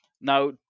Now